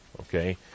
Okay